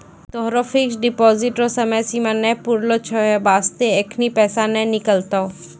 तोहरो fixed deposit रो समय सीमा नै पुरलो छौं है बास्ते एखनी पैसा नै निकलतौं